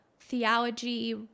theology